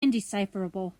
indecipherable